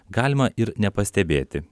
galima ir nepastebėti